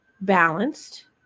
balanced